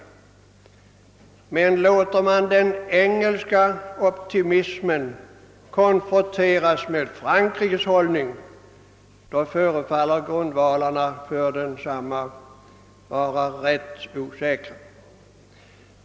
Grundvalarna för den engelska optimismen förefaller dock vid en konfrontation med Frankrikes hållning att vara rätt osäkra.